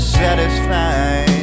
satisfied